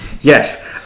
yes